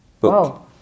book